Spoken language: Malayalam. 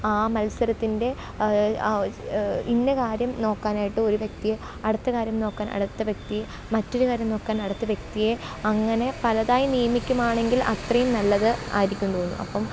ആ മത്സരത്തിന്റെ ഇന്ന കാര്യം നോക്കാനായിട്ട് ഒരു വ്യക്തിയെ അടുത്ത കാര്യം നോക്കാന് അടുത്ത വ്യക്തിയെ മറ്റൊരു കാര്യം നോക്കാന് അടുത്ത വ്യക്തിയെ അങ്ങനെ പലതായി നിയമിക്കുകയാണെങ്കില് അത്രയും നല്ലത് ആയിരിക്കും തോന്നുന്നു